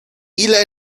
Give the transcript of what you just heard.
ile